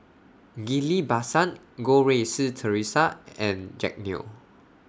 Ghillie BaSan Goh Rui Si Theresa and Jack Neo